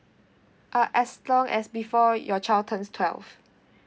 uh as long as before your child turns twelve